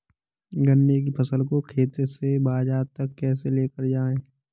गन्ने की फसल को खेत से बाजार तक कैसे लेकर जाएँ?